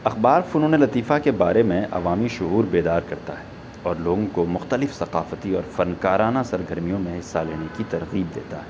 اخبار فنون لطیفہ کے بارے میں عوامی شعور بیدار کرتا ہے اور لوگوں کو مختلف ثقافتی اور فنکارانہ سرگرمیوں میں حصہ لینے کی ترغیب دیتا ہے